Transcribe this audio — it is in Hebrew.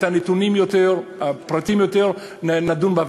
ביותר נתונים,